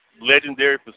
legendary